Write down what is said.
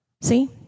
See